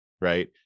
right